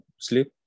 sleep